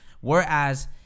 whereas